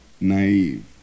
naive